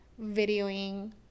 videoing